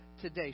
today